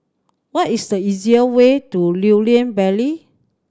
what is the easiest way to Lew Lian Vale